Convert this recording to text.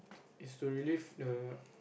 is to relive the